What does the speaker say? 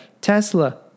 Tesla